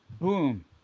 boom